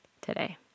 today